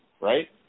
right